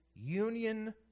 Union